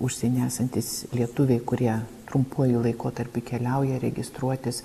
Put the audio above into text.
užsienyje esantys lietuviai kurie trumpuoju laikotarpiu keliauja registruotis